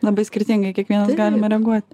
labai skirtingai kiekvienas galime reaguot